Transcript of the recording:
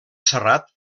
serrat